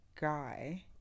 guy